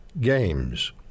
games